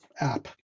app